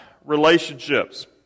relationships